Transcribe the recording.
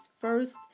first